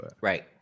Right